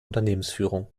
unternehmensführung